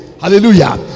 hallelujah